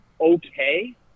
Okay